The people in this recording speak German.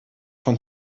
von